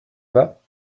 bas